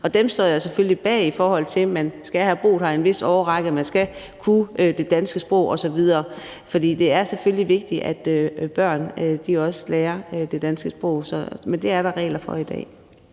og dem står jeg selvfølgelig bag, og det er, at man skal have boet her i en vis årrække og man skal kunne det danske sprog osv. For det er selvfølgelig vigtigt, at børn også lærer det danske sprog. Men det er der regler for i dag.